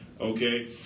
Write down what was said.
Okay